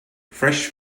fresh